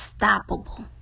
unstoppable